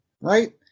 right